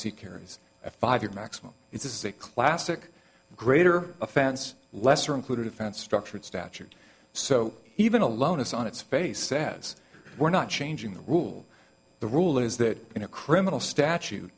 carries a five year maximum it is a classic greater offense lesser included offense structured statute so even alone is on its face says we're not changing the rule the rule is that in a criminal statute